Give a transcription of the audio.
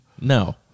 No